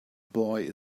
boy